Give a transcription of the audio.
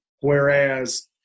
Whereas